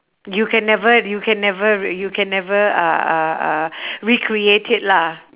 you can never you can never r~ you can never uh uh uh recreate it lah